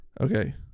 Okay